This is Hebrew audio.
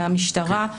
מהמשטרה,